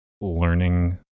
learning